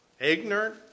ignorant